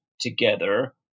together